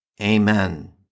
Amen